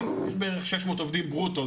בערך שש מאות עובדים ברוטו.